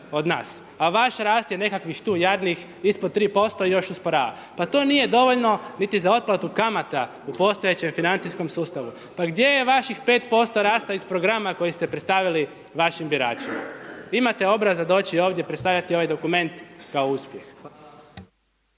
A vaš rast je nekakvih tu jadnih ispod 3%, još usporava. Pa to nije dovoljno niti za otplatu kamata u postojećem financijskom sustavu, pa gdje je vaših 5% rasta iz Programa koji ste predstavili vašim biračima. Imate obraza doći ovdje i predstaviti ovaj dokument kao uspjeh.